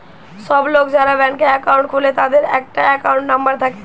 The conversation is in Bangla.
সব লোক যারা ব্যাংকে একাউন্ট খুলে তাদের একটা একাউন্ট নাম্বার থাকে